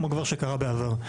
כמו שכבר קרה בעבר.